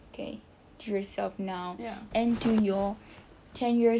okay to yourself now and to your ten years